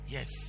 Yes